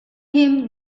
him